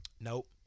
Nope